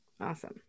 awesome